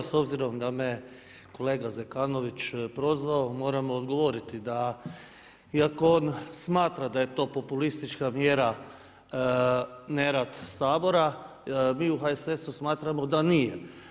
S obzirom da me kolega Zekanović prozvao, moram odgovoriti da iako on smatra da je to populistička mjera nerad Sabora, mi u HSS-u smatramo da nije.